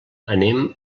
anem